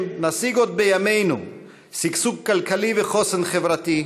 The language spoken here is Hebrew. נשיג עוד בימינו שגשוג כלכלי וחוסן חברתי,